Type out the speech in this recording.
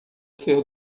ser